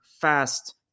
fast